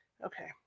Okay